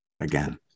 again